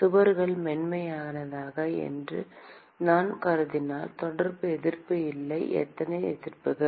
சுவர்கள் மென்மையானவை என்று நான் கருதினால் தொடர்பு எதிர்ப்பு இல்லை எத்தனை எதிர்ப்புகள்